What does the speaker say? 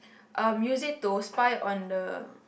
um use it to spy on the